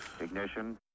Ignition